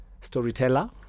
storyteller